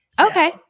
Okay